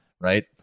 right